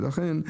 ולכן,